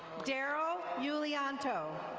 darryl yulianto.